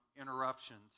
interruptions